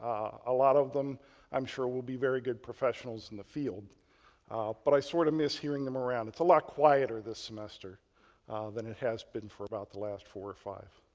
a lot of them i'm sure will be very good professionals in the field but i sort of missed hearing them around. it's a lot quieter this semester than it has been for about the last four or five.